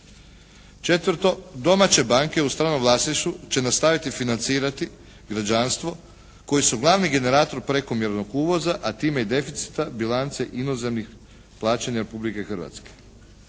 Četvrto. Domaće banke u stranom vlasništvu će nastaviti financirati građanstvo koji su glavni generator prekomjernog uvoza, a time i deficita bilance inozemnih plaćanja Republike Hrvatske.